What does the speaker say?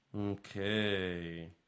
Okay